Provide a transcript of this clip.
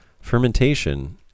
Fermentation